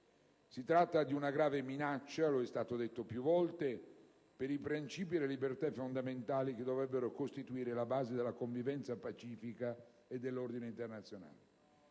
Si tratta di una grave minaccia - come è stato evidenziato più volte - per i principi e le libertà fondamentali che dovrebbero costituire la base della convivenza pacifica e dell'ordine internazionale.